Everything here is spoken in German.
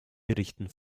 berichten